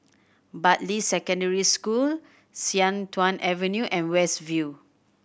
Bartley Secondary School Sian Tuan Avenue and West View